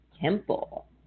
temple